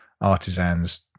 artisans